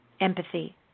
empathy